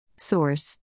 Source